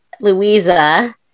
Louisa